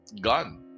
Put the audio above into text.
gone